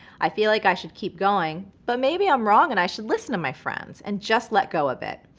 i feel like i should keep going but maybe i'm wrong and i should listen to my friends and just let go a bit.